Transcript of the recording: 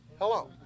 Hello